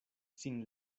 sin